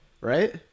right